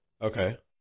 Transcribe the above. Okay